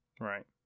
Right